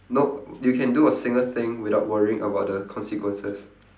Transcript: no you can do a single thing without worrying about the consequences